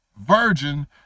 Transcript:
virgin